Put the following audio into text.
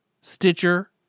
Stitcher